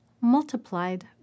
multiplied